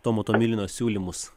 tomo tomilino siūlymus